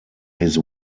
his